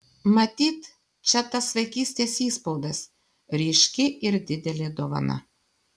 matyt čia tas vaikystės įspaudas ryški ir didelė dovana